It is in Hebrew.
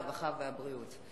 הרווחה והבריאות.